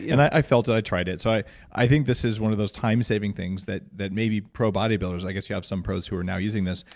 and i felt it. i tried it. so i i think this is one of those time saving things that that maybe pro bodybuilders, i guess you have some pros who are now using this,